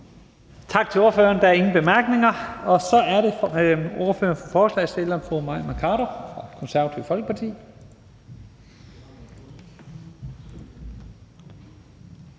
Tak til ordføreren. Der er ingen korte bemærkninger, og så er det ordføreren for forslagsstillerne, fru Mai Mercado fra Det Konservative Folkeparti.